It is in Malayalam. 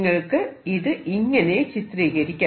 നിങ്ങൾക്ക് ഇത് ഇങ്ങനെ ചിത്രീകരിക്കാം